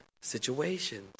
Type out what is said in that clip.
situations